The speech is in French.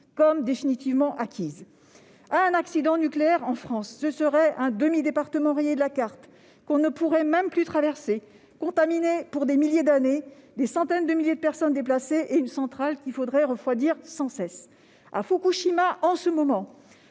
comme définitivement acquise ». Un accident nucléaire en France, ce serait un demi-département rayé de la carte, qu'on ne pourrait même plus traverser, contaminé pour des milliers d'années ; ce serait des centaines de milliers de personnes déplacées et une centrale qu'il faudrait refroidir sans cesse. À Fukushima, en ce moment,